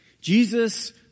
Jesus